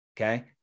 okay